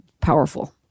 powerful